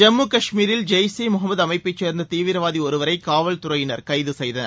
ஜம்மு காஷ்மீரில் ஜெய்ஷ் ஈ முகமது அமைப்பச் சேர்ந்த தீவிரவாதி ஒருவரை காவல் துறையினர் கைது செய்தனர்